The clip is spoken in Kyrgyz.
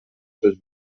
сөз